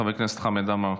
חבר הכנסת חמד עמאר,